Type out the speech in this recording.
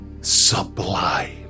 sublime